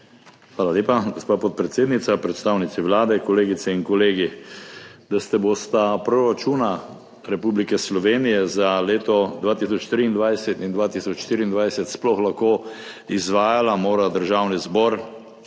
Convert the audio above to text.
Hvala lepa, gospa podpredsednica. Predstavnici Vlade, kolegice in kolegi! Da se bosta proračuna Republike Slovenije za leti 2023 in 2024 sploh lahko izvajala, mora Državni zbor